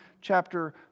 chapter